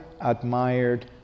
admired